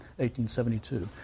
1872